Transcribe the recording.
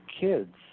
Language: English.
kids